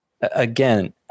again